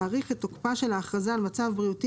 להאריך את תוקפה של ההכרזה על מצב בריאותי